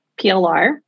PLR